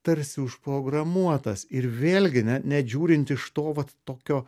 tarsi užprogramuotas ir vėlgi net net žiūrint iš to vat tokio